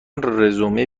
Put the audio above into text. رزومه